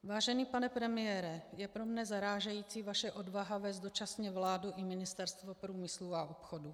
Vážený pane premiére, je pro mne zarážející vaše odvaha vést dočasně vládu i Ministerstvo průmyslu a obchodu.